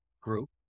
group